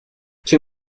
two